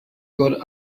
got